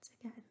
again